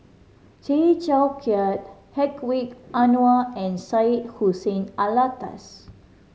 Tay Teow Kiat Hedwig Anuar and Syed Hussein Alatas